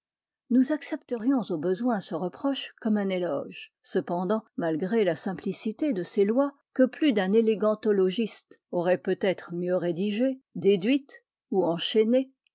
nous accepterions au besoin ce reproche comme un éloge cependant malgré la simplicité de ces lois que plus d'un élégantologiste aurnit peut-être mieux rédigées déduites ou enchaînées